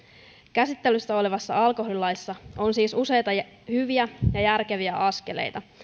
käsittelyssä olevassa alkoholilaissa on siis useita hyviä ja järkeviä askeleita